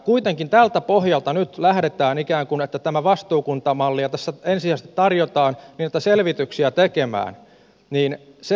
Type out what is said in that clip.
kuitenkin tältä pohjalta nyt lähdetään ikään kuin että on tämä vastuukuntamalli jota tässä ensisijaisesti tarjotaan kun näitä selvityksiä ruvetaan tekemään